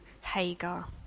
Hagar